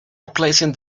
replacing